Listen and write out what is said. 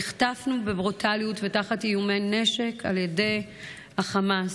נחטפנו בברוטליות ותחת איומי נשק על ידי החמאס,